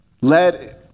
Led